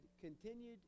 continued